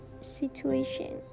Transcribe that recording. situation